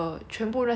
like winter